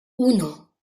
uno